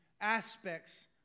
aspects